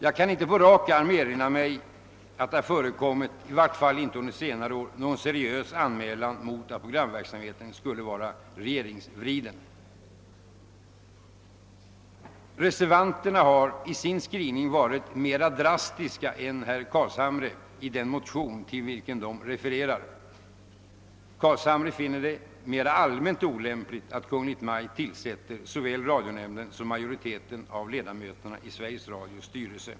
Jag kan inte på rak arm erinra mig att det förekommit — i varje fall inte under senare år — någon seriös anmälan mot att programverksamheten skulle vara regeringsvriden. I sin skrivning har reservanterna varit mera drastiska än herr Carlshamre har varit i den motion till vilken reser vanterna har refererat. Herr Carlshamre finner det mera allmänt vara olämpligt att Kungl. Maj:t tillsätter såväl radionämnden som ledamöterna i Sveriges Radios styrelse.